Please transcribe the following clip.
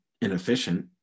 inefficient